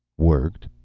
worked?